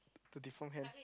the deform hand